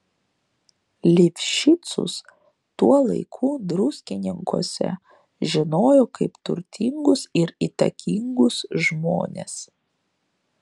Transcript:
lifšicus tuo laiku druskininkuose žinojo kaip turtingus ir įtakingus žmones